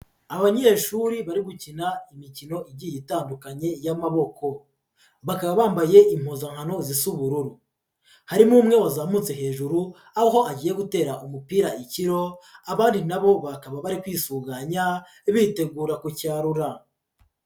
Abanyeshuri bari gukina imikino igiye itandukanye y'amaboko. Bakaba bambaye impuzankano zisa z'ubururu, harimo umwe wazamutse hejuru, aho agiye gutera umupira ikiro, abandi na bo bakaba bari kwisuganya, bitegura kucyarura.